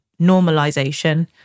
normalization